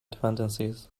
dependencies